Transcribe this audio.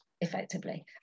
effectively